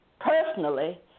personally